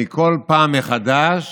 אני כל פעם מחדש